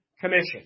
Commission